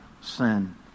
sin